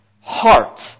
heart